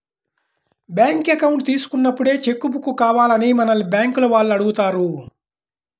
bank account తీసుకున్నప్పుడే cheque book కావాలా అని మనల్ని బ్యేంకుల వాళ్ళు అడుగుతారు